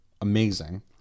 amazing